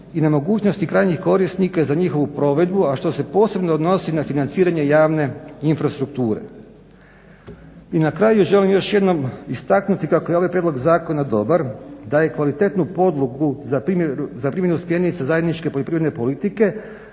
i nemogućnosti krajnjih korisnika i za njihovu provedbu, a što se posebno odnosi na financiranje javne infrastrukture. I na kraju želim još jednom istaknuti kako je ovaj prijedlog zakona dobar, daje kvalitetnu podlogu za primjenu smjernica zajedničke poljoprivredne politike,